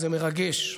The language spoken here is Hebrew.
זה מרגש,